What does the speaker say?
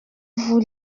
vous